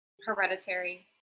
*Hereditary*